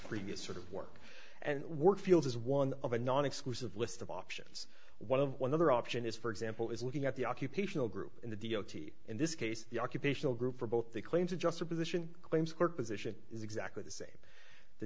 previous sort of work and work fields as one of a non exclusive list of options one of the another option is for example is looking at the occupational group in the d o t in this case the occupational group for both the claims adjuster position claims court position is exactly the same the